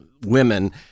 women